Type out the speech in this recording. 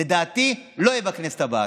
לדעתי לא יהיה בכנסת הבאה.